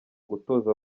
gutoza